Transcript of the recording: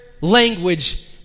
language